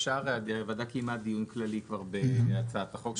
הוועדה קיימה דיון כללי בהצעת החוק,